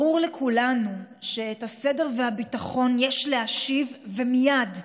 ברור לכולנו שאת הסדר והביטחון יש להשיב, ומייד.